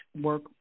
work